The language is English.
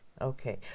Okay